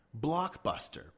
Blockbuster